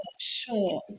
Sure